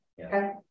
Okay